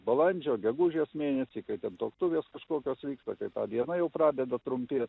balandžio gegužės mėnesį kai ten tuoktuvės kažkokios vyksta kai ta diena jau pradeda trumpėt